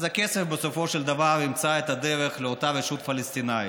אז הכסף בסופו של דבר ימצא את הדרך לאותה רשות פלסטינית.